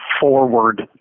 forward